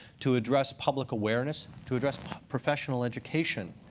to address public awareness. to address professional education,